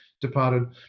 departed